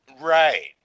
Right